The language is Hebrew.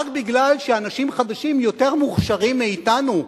רק בגלל שאנשים חדשים יותר מוכשרים מאתנו,